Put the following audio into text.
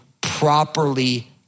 properly